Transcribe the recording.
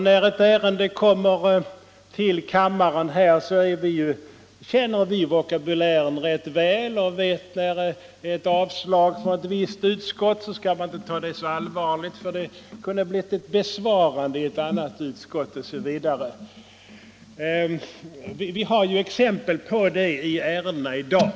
När ett ärende kommer till kammaren känner vi vokabulären rätt väl och vet att ett förslag om avslag från ett visst utskott skall man inte ta så allvarligt, för det kunde ha blivit ett besvarande i ett annat utskott OSV. Vi har ju exempel på detta bland ärendena i dag.